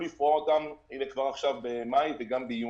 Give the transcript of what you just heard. לפרוע אותם כבר עכשיו במאי וגם ביוני.